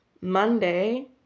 Monday